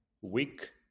week